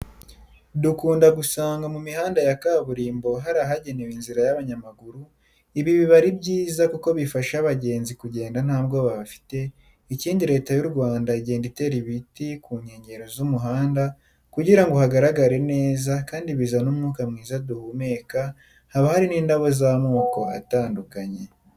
Dukunda gusanga mu mihanda ya kaburimbo hari ahagenewe inzira y'abanyamaguru, ibi biba ari byiza kuko bifasha abagenzi kugenda ntabwoba bafite, ikindi Leta y'u Rwanda igenda itera ibiti ku nyengero z'umuhanda kugira ngo hagaragare neza kandi bizane umwuka mwiza duhumeka, haba hari n'indabo z'amoko atandukanye.